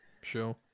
sure